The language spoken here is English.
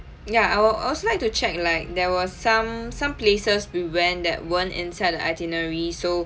ya I would also like to check like there were some some places we went that weren't inside the itinerary so